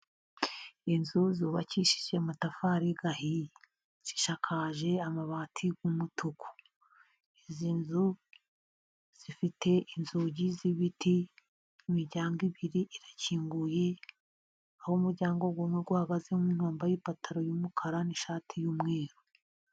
Inzu zubakishije amatafari ahiye, zisakaje amabati y'umutuku, izi nzu zifite inzugi z'ibiti, imiryango ibiri irakinguye ,aho umuryango umwe uhagazemo umuntu wambaye ipantaro y'umukara, n'ishati y'umweru.